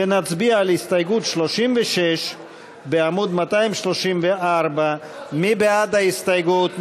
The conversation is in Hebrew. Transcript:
ונצביע על הסתייגות 36 בעמוד 234. מי בעד ההסתייגות?